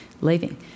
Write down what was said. leaving